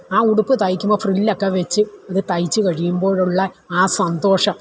ആ ഉടുപ്പ് തയ്ക്കുമ്പോൾ ഫ്രില്ലൊക്കെ വെച്ച് അത് തയ്ച്ച് കഴിയുമ്പോഴുള്ള ആ സന്തോഷം